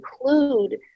include